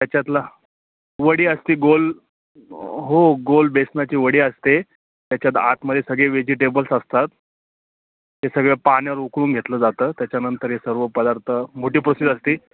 त्याच्यातला वडी असती गोल हो गोल बेसनाची वडी असते त्याच्यात आतमध्ये सगळे व्हेजिटेबल्स असतात हे सगळं पाण्यावर उकळून घेतलं जातं त्याच्यानंतर हे सर्व पदार्थ मोठी पोसेस असते